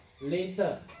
later